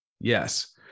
Yes